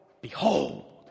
behold